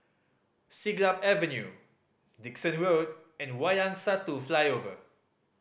Siglap Avenue Dickson Road and Wayang Satu Flyover